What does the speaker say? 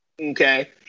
Okay